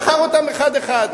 בחר אותם אחד אחד,